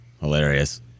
hilarious